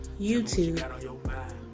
YouTube